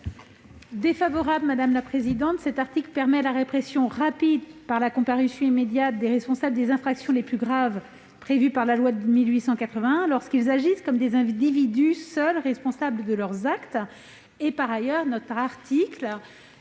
identiques de suppression. Cet article permet la répression rapide, par la comparution immédiate, des responsables des infractions les plus graves prévues par la loi de 1881 lorsqu'ils agissent comme des individus seuls responsables de leurs actes. Il n'exclut pas les